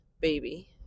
baby